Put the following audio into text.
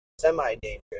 semi-dangerous